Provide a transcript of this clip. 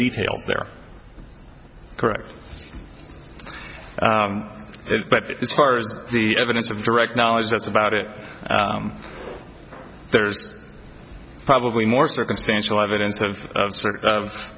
details there correct but as far as the evidence of direct knowledge that's about it there's probably more circumstantial evidence of sort of